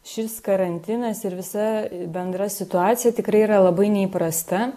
šis karantinas ir visa bendra situacija tikrai yra labai neįprasta